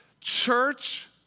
church